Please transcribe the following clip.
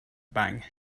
bang